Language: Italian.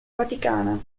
vaticana